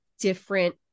different